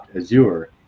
Azure